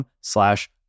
slash